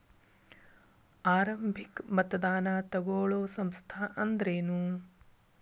ಆರಂಭಿಕ್ ಮತದಾನಾ ತಗೋಳೋ ಸಂಸ್ಥಾ ಅಂದ್ರೇನು?